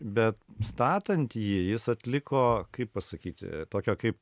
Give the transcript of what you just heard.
bet statant jį jis atliko kaip pasakyti tokio kaip